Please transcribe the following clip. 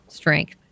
Strength